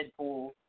Deadpool